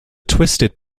twisted